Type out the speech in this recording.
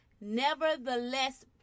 nevertheless